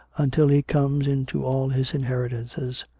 until he comes into all his inheri tances.